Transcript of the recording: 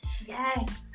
yes